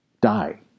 die